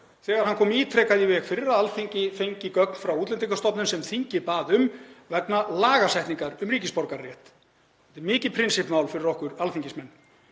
þegar hann kom ítrekað í veg fyrir að Alþingi fengi gögn frá Útlendingastofnun sem þingið bað um vegna lagasetningar um ríkisborgararétt. Þetta er mikið prinsippmál fyrir okkur, alþingismenn.